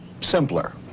simpler